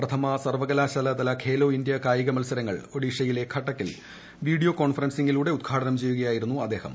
പ്രഥമ സർവ്വകലാശാലതല ്ട് ഖേലോ ഇന്ത്യ കായിക മത്സരങ്ങൾ ഒഡീഷയിലെ ഘട്ടക്കിൽ വീഡിയോ കോൺഫറൻസിംഗിലൂടെ ഉദ്ഘാടനം ചെയ്യുകയായിരുന്നു അദ്ദേഹം